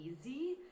easy